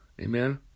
Amen